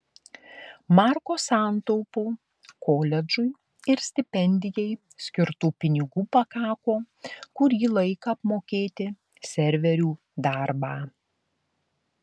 marko santaupų koledžui ir stipendijai skirtų pinigų pakako kurį laiką apmokėti serverių darbą